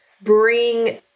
bring